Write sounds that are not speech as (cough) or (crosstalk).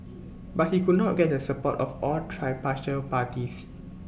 but he could not get the support of all (unintelligible) parties